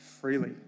freely